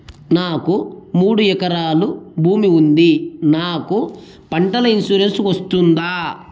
నాకు మూడు ఎకరాలు భూమి ఉంది నాకు పంటల ఇన్సూరెన్సు వస్తుందా?